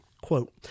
quote